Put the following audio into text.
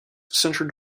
centered